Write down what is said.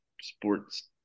sports